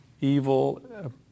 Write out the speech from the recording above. evil